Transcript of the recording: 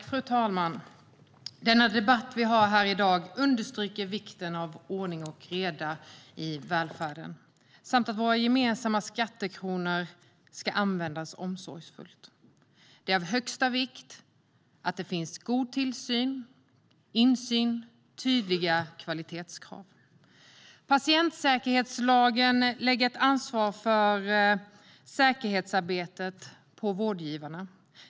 Fru talman! Den debatt vi har här i dag understryker vikten av ordning och reda i välfärden och att våra gemensamma skattekronor ska användas omsorgsfullt. Det är av högsta vikt att det finns god tillsyn, insyn och tydliga kvalitetskrav. Patientsäkerhetslagen lägger ett ansvar för säkerhetsarbetet på vårdgivarna.